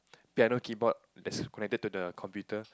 piano keyboard that's connected to the computer